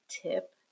tip